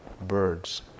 birds